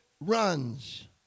runs